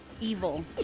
evil